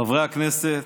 חברי הכנסת,